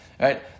Right